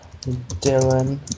Dylan